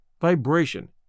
vibration